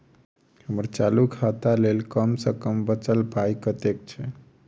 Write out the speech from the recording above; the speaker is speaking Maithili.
हम्मर चालू खाता लेल कम सँ कम बचल पाइ कतेक छै?